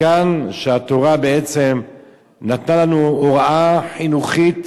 מכאן שהתורה בעצם נתנה לנו הוראה חינוכית,